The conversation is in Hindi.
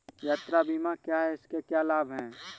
यात्रा बीमा क्या है इसके क्या लाभ हैं?